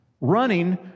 running